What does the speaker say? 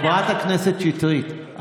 חברת הכנסת שטרית,